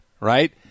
right